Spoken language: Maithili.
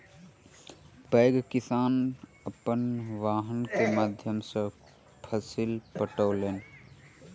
पैघ कृषक अपन वाहन के माध्यम सॅ फसिल पठौलैन